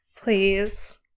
Please